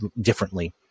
differently